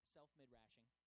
Self-midrashing